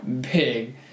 big